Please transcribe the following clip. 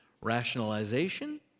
rationalization